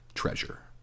Treasure